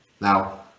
Now